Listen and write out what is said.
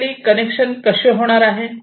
basically आपले connection कसे होणार आहे